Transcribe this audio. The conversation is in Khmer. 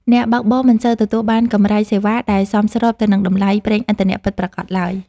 អ្នកបើកបរមិនសូវទទួលបានកម្រៃសេវាដែលសមស្របទៅនឹងតម្លៃប្រេងឥន្ធនៈពិតប្រាកដឡើយ។